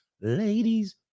ladies